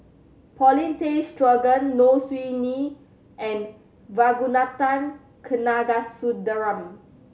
Paulin Tay Straughan Low Siew Nghee and Ragunathar Kanagasuntheram